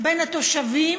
בין התושבים